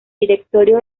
directorio